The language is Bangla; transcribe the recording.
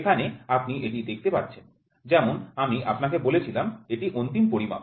এখানে আপনি এটি দেখতে পাচ্ছেন যেমন আমি আপনাকে বলেছিলাম এটি অন্তিম পরিমাপ